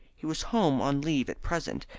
he was home on leave at present,